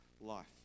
life